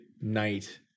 night